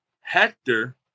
Hector